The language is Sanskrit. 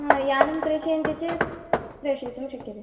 हा यानं प्रेषयन्ति चेत्प्रेषयितुं शक्यते